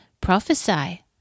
Prophesy